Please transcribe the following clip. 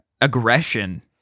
aggression